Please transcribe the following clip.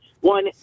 one